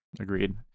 agreed